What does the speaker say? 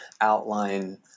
outline